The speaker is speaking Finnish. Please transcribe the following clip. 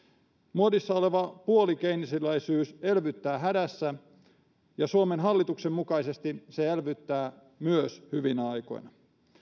muodissa oleva puolikeynesiläisyys elvyttää hädässä ja suomen hallituksen mukaisesti se elvyttää myös hyvinä aikoina